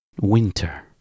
Winter